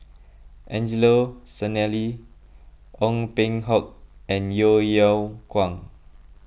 Angelo Sanelli Ong Peng Hock and Yeo Yeow Kwang